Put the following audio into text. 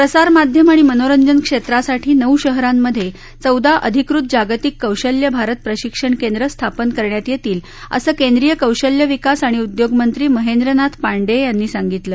प्रसारमाध्यम आणि मनोरंजन क्षेत्रासाठी नऊ शहरांमधे चौदा अधिकृत जागतिक कौशल्य भारत प्रशिक्षण केंद्र स्थापन करण्यात येतील असं केंद्रीय कौशल्य विकास आणि उद्योग मंत्री महेंद्रनाथ पांडेय यांनी सांगितलं